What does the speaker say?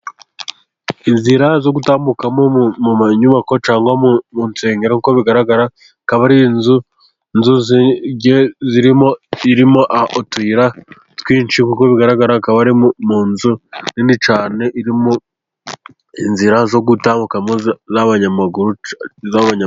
Inzira zo gutambuka mu myubako cyangwa mu nsengero, kuko bigaragara akaba ari inzu, inzu irimo utuyira twinshi, kuko bigaragara akaba ari mu nzu nini cyane, iririmo inzira zo gutagu z'abanyamaguru.